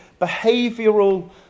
behavioural